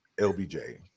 LBJ